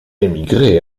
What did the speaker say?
émigrer